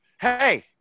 Hey